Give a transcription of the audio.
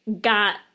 got